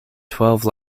twelve